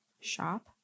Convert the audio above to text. shop